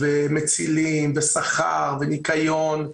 במצילים, בשכר, בניקיון,